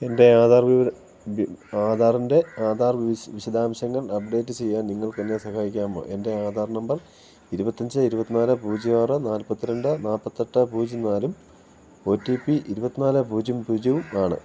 എൻ്റെ ആധാർ വിശദാംശങ്ങൾ അപ്ഡേറ്റ് ചെയ്യാൻ നിങ്ങൾക്കെന്നെ സഹായിക്കാമോ എൻ്റെ ആധാർ നമ്പർ ഇരുപത്തിയഞ്ച് ഇരുപത്തിനാല് പൂജ്യം ആറ് നാൽപ്പത്തിരണ്ട് നാല്പ്പത്തിയെട്ട് പൂജ്യം നാലും ഒ റ്റി പി ഇരുപത്തിനാല് പൂജ്യം പൂജ്യവും ആണ്